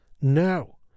No